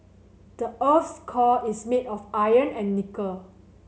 the earth's core is made of iron and nickel